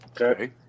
Okay